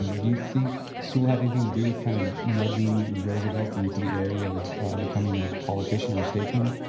do you think sewall had anything to do with kind of nudging roosevelt into the area of becoming ah politician or statesman?